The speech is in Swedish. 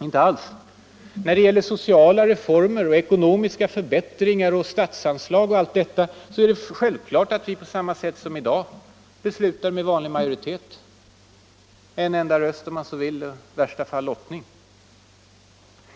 Inte alls! När det gäller sociala reformer, ekonomiska förbättringar, statsanslag och allt detta är det självklart att vi, på samma sätt som i dag, beslutar med vanlig majoritet: en enda röst om man så vill och i värsta fall lottning.